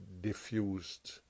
diffused